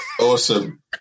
Awesome